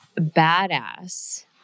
badass